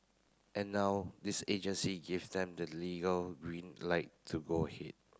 and now this agency give them the legal green light to go ahead